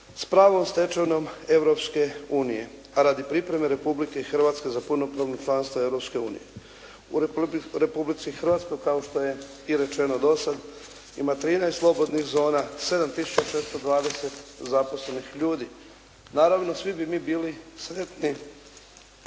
s pravnom stečevinom Europske unije, a radi pripreme Republike Hrvatske za punopravno članstvo Europske unije. U Republici Hrvatskoj kao što je i rečeno do sada, ima 13 slobodnih zona, 7 tisuća 420 zaposlenih ljudi. Naravno svi bi mi bili sretni